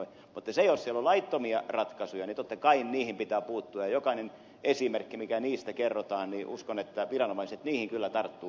mutta jos on laittomia ratkaisuja niin totta kai niihin pitää puuttua ja uskon että jokaiseen esimerkkiin mikä niistä kerrotaan viranomaiset kyllä tarttuvat välittömästi